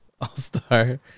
All-Star